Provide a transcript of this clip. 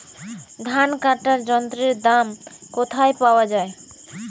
ধান কাটার যন্ত্রের দাম কোথায় পাওয়া যায়?